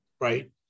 Right